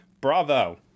bravo